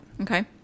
Okay